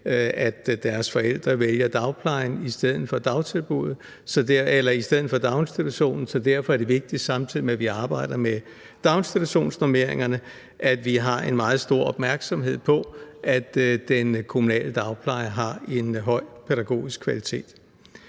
at deres forældre vælger dagplejen i stedet for daginstitutionen. Så derfor er det vigtigt, samtidig med at vi arbejder med daginstitutionsnormeringerne, at vi har en meget stor opmærksomhed på, at den kommunale dagpleje har en høj pædagogisk kvalitet.